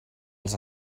els